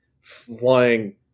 flying